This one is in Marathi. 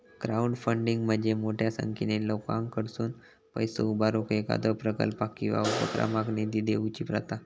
क्राउडफंडिंग म्हणजे मोठ्यो संख्येन लोकांकडसुन पैसा उभारून एखाद्यो प्रकल्पाक किंवा उपक्रमाक निधी देऊची प्रथा